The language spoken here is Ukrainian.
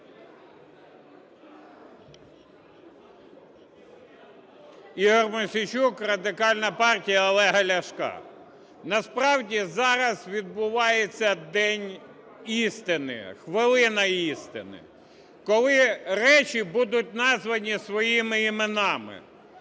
Ігор Мосійчук, Радикальна партія Олега Ляшка. Насправді, зараз відбувається день істини, хвилина істини, коли речі будуть названі своїми іменами.